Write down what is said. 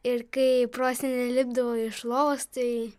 ir kai prosenelė lipdavo iš lovos tai